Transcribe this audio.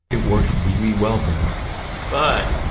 it worked really well for him but,